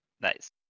nice